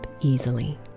easily